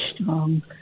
strong